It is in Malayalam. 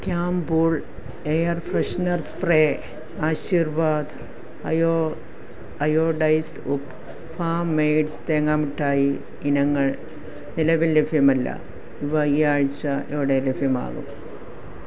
ക്യാംപുൾ air freshener spray Aashirvaad iodised ഉപ്പ് ഫാം മേയ്ഡ് തേങ്ങാ മുട്ടായി ഇനങ്ങൾ നിലവിൽ ലഭ്യമല്ല ഇവ ഈ ആഴ്ച്ചയോടെ ലഭ്യമാകും